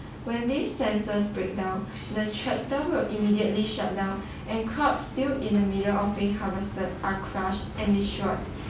when these sensors break down the tractor will immediately shut down and crops still in the middle of being harvested are crushed and destroyed